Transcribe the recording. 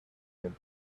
him